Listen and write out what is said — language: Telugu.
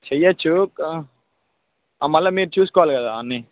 చెయ్యొచ్చు క మళ్ళా మీరు చూసుకోవాలి అన్నీ